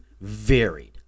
varied